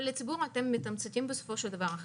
אבל לציבור אתם מתמצתים בסופו של דבר,